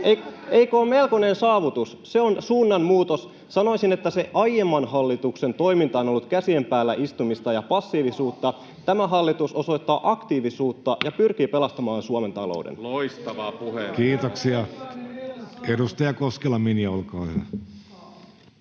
Eikö ole melkoinen saavutus? Se on suunnanmuutos. Sanoisin, että se aiemman hallituksen toiminta on ollut käsien päällä istumista ja passiivisuutta. Tämä hallitus osoittaa aktiivisuutta ja pyrkii pelastamaan Suomen talouden. Kiitoksia. — Edustaja Koskela, Minja, olkaa hyvä.